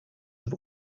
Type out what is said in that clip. have